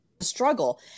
struggle